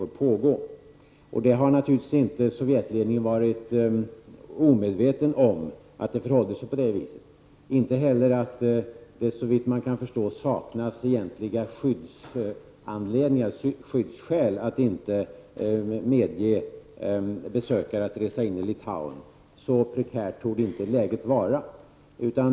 Sov jetledningen har naturligtvis inte varit omedveten om att det förhåller sig på det viset, inte heller att det saknas egentliga skyddsskäl för att inte medge besökare att resa in i Litauen — så prekärt torde läget inte vara.